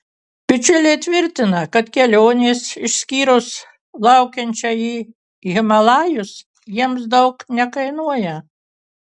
bičiuliai tvirtina kad kelionės išskyrus laukiančią į himalajus jiems daug nekainuoja